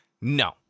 No